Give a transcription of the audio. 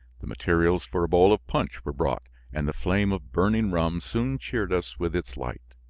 the materials for a bowl of punch were brought and the flame of burning rum soon cheered us with its light.